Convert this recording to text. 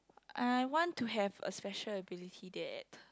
I want to have a special ability that